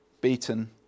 beaten